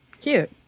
cute